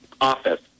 office